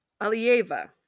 Alieva